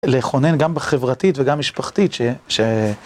לכונן גם בחברתית וגם משפחתית ש...